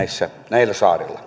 näillä saarilla